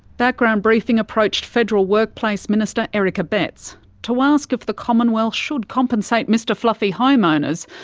background briefing approached federal workplace minister eric abetz to ask if the commonwealth should compensate mr fluffy homeowners,